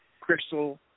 Crystal